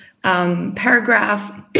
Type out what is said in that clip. Paragraph